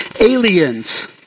Aliens